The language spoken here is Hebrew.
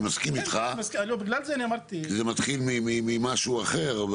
אני מסכים איתך כי זה מתחיל ממשהו אחר.